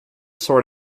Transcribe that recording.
sort